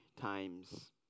times